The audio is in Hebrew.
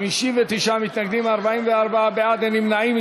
נגד, 59, אין נמנעים.